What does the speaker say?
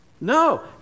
No